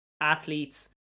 athletes